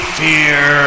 fear